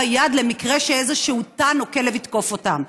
למקרה שאיזשהו תן או כלב יתקוף אותם.